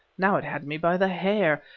now it had me by the hair,